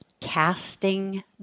casting